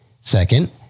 Second